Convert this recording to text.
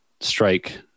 strike